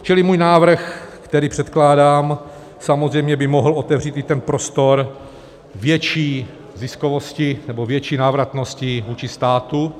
Čili můj návrh, který předkládám, samozřejmě by mohl otevřít i prostor k větší ziskovosti nebo větší návratnosti vůči státu.